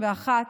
21),